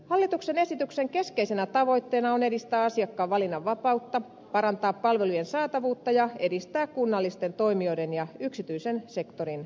hallituksen esityksen keskeisenä tavoitteena on edistää asiakkaan valinnanvapautta parantaa palvelujen saatavuutta ja edistää kunnallisten toimijoiden ja yksityisen sektorin yhteistyötä